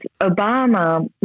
Obama